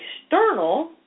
external